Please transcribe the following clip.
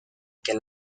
que